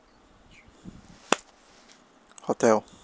hotel